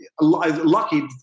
lucky